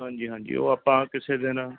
ਹਾਂਜੀ ਹਾਂਜੀ ਉਹ ਆਪਾਂ ਕਿਸੇ ਦਿਨ